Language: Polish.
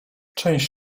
część